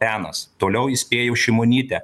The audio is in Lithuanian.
penas toliau įspėjo šimonytę